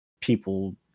people